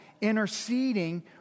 interceding